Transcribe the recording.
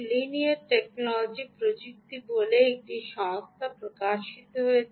linear technology প্রযুক্তি বলে একটি সংস্থা থেকে প্রকাশিত হয়েছে